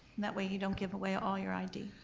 that way you don't give away all your id.